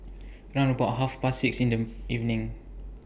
round about Half Past six in The evening